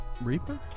Reaper